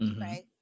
right